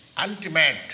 ultimate